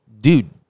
dude